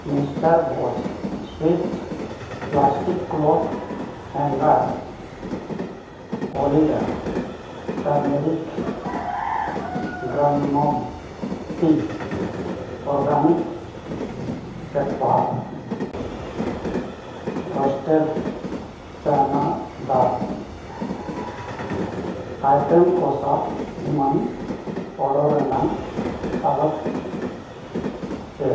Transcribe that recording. mister boss ᱥᱩᱭᱤᱯᱷᱴ plastic cloth hanger ᱚᱞᱤᱰᱟ turmeric ground ᱢᱟᱣ ᱴᱤ ᱚᱨᱜᱟᱱᱤᱠ ᱴᱮᱴ ᱯᱟᱦᱟᱣ ᱨᱳᱥᱴᱮᱰ ᱪᱟᱱᱟ ᱫᱟᱞ ᱟᱭᱴᱮᱢ ᱠᱚ ᱥᱟᱵ ᱮᱢᱟᱱ ᱚᱰᱟᱨ ᱨᱮᱱᱟᱜ ᱦᱟᱞᱚᱛ ᱪᱮᱫ